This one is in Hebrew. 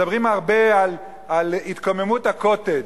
מדברים הרבה על התקוממות ה"קוטג'".